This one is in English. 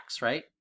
right